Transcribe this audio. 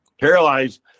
Paralyzed